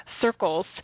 circles